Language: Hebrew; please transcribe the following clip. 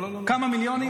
עזוב, נו, כמה מיליונים.